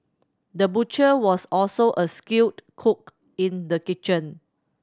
the butcher was also a skilled cook in the kitchen